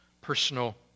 personal